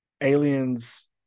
aliens